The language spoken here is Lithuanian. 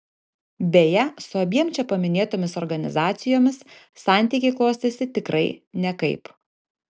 beje su abiem čia paminėtomis organizacijomis santykiai klostėsi tikrai nekaip